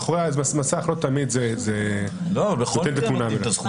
מאחורי המסך זה לא תמיד נותן את התמונה המלאה.